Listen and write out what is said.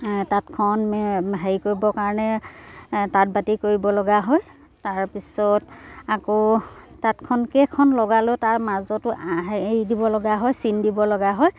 তাঁতখন হেৰি কৰিবৰ কাৰণে তাঁত বাতি কৰিব লগা হয় তাৰপিছত আকৌ তাঁতখন কেইখন লগালোঁ তাৰ মাজতো এৰি দিব লগা হয় চিন দিব লগা হয়